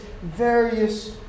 Various